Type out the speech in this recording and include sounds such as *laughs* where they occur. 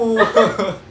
*laughs*